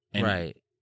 Right